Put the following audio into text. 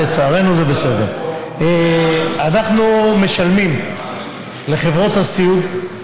שר העבודה, הרווחה והשירותים החברתיים חיים